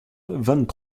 vingt